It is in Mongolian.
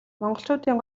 монголчуудын